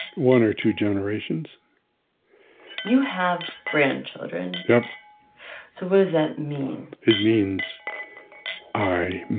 one or two generations you have grandchildren yep so what does that mean? it means i